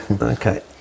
Okay